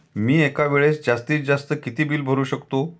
मी एका वेळेस जास्तीत जास्त किती बिल भरू शकतो?